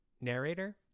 narrator